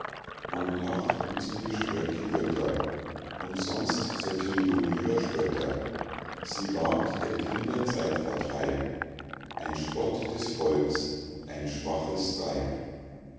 man lacht und sie beschwört die götter umsonst zur tilgung ihrer spötter sie ward der kinder zeitvertreib ein spott des volks ein schwaches weib